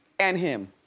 and him,